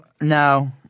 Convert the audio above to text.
no